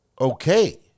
Okay